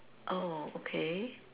oh okay